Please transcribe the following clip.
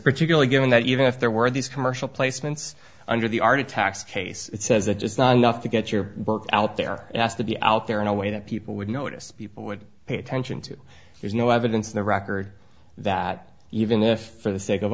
particularly given that even if there were these commercial placements under the arctic tax case it says that just not enough to get your book out there has to be out there in a way that people would notice people would pay attention to there's no evidence no record that even if for the sake of